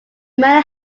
manor